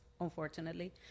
unfortunately